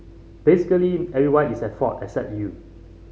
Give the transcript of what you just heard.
basically everyone is at fault except you